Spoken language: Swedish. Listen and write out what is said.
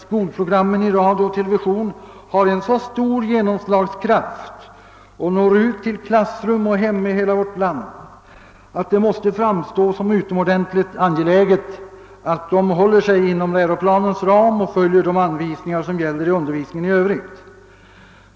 Skolprogrammen i radio och TV når ut till klassrum och hem i hela vårt land och har en så stor genomslagskraft, att det måste framstå som utomordentligt angelä get att de hålls inom läroplanens ram och att de som gör dem följer de anvisningar som gäller för undervisningen i övrigt.